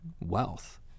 wealth